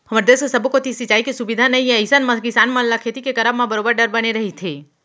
हमर देस के सब्बो कोती सिंचाई के सुबिधा नइ ए अइसन म किसान मन ल खेती के करब म बरोबर डर बने रहिथे